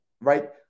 right